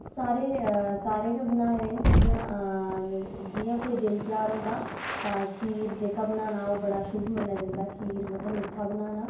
सारे सारे गै बनाए दे न जि'यां कोई दिन ध्यार होंदा तां खीर जेह्का बनाना ओह् बड़ा शुभ मन्नेआ जंदा ऐ खीर मतलब मीठा बनाना